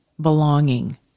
belonging